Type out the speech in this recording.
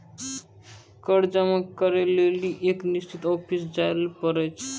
कर जमा करै लेली एक निश्चित ऑफिस जाय ल पड़ै छै